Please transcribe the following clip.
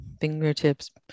fingertips